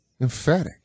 Emphatic